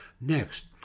Next